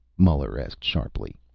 muller asked sharply.